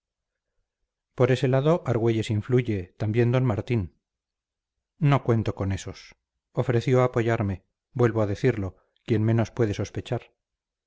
por ese lado argüelles influye también d martín no cuento con esos ofreció apoyarme vuelvo a decirlo quien menos puede sospechar